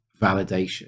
validation